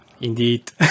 indeed